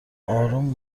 آروم